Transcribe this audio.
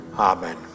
Amen